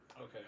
Okay